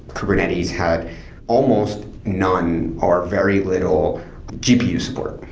kubernetes had almost none, or very little gpu support,